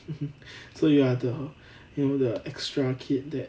so you are the you know the extra kid that